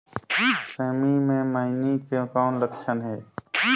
सेमी मे मईनी के कौन लक्षण हे?